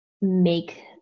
make